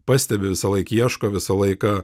pastebi visąlaik ieško visą laiką